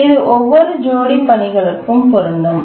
இது ஒவ்வொரு ஜோடி பணிகளுக்கும் பொருந்தும்